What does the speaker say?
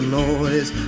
noise